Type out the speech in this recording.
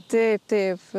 taip taip